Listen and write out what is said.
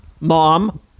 mom